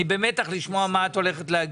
אני במתח לשמוע מה את הולכת להגיד.